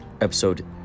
episode